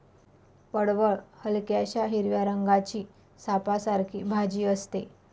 पडवळ हलक्याशा हिरव्या रंगाची सापासारखी भाजी असते